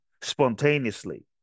spontaneously